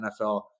NFL